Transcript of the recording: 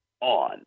on